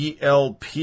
ELP